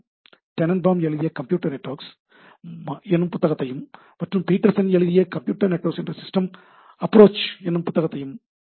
Tanenbaum எழுதிய computer networks என்னும் புத்தகத்தையும் மற்றும் பீட்டர்சன் எழுதிய கம்ப்யூட்டர் நெட்வொர்க்ஸ் ஒரு சிஸ்டம் அப்ரோச் என்னும் புத்தகத்தையும் படிக்கலாம்